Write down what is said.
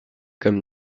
comme